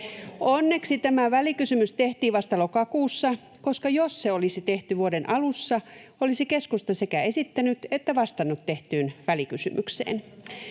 Onneksi tämä välikysymys tehtiin vasta lokakuussa, koska jos se olisi tehty vuoden alussa, olisi keskusta sekä esittänyt tehdyn välikysymyksen